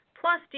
Plus